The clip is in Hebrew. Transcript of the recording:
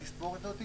התספורת הזאת,